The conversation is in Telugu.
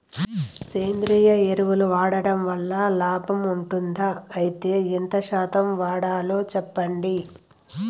సేంద్రియ ఎరువులు వాడడం వల్ల లాభం ఉంటుందా? అయితే ఎంత శాతం వాడాలో చెప్పండి?